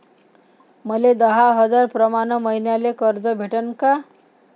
मले दहा हजार प्रमाण मईन्याले कर्ज भेटन का?